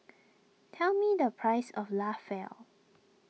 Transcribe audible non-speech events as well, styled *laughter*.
tell me the price of *unintelligible*